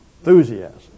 enthusiasm